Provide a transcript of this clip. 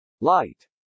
Light